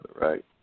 right